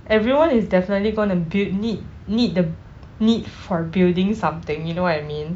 everyone is definitely going to build need need the need for building something you know what I mean